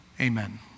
Amen